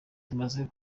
twamaze